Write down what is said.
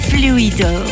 Fluido